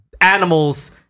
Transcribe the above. animals